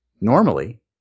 normally